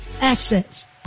assets